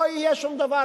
לא יהיה שום דבר.